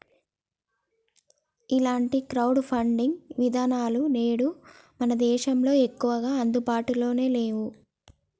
ఇలాంటి crowd funding విధానాలు నేడు మన దేశంలో ఎక్కువగా అందుబాటులో నేవు